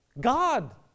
God